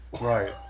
Right